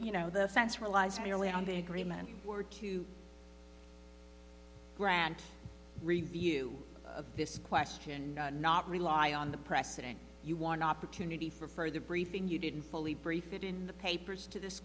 on the agreement or to grant review of this question not rely on the precedent you want opportunity for further briefing you didn't fully brief it in the papers to this